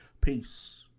Peace